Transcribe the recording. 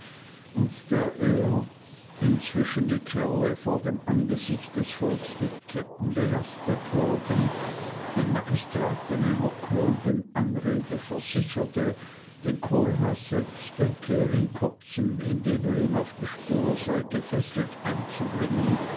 und da er inzwischen die kerle vor dem angesicht des volks mit ketten belastet wurden den magistrat in einer klugen anrede versicherte den kohlhaas selbst denke er in kurzem indem er ihm auf die spur sei gefesselt einzubringen